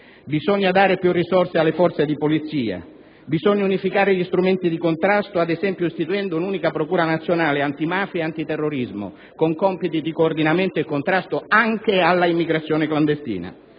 Bisogna dare più risorse alle forze di polizia; bisogna unificare gli strumenti di contrasto, ad esempio istituendo un'unica procura nazionale antimafia ed antiterrorismo, con compiti di coordinamento e di contrasto anche alla immigrazione clandestina.